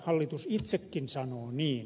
hallitus itsekin sanoo niin